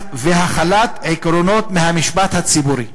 והחלת עקרונות מהמשפט הציבורי.